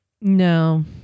no